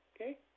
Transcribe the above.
okay